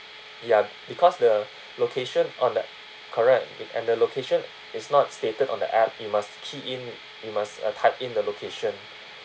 ya because the location on the correct and the location is not stated on the app you must key in you must uh type in the location